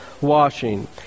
washing